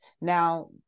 Now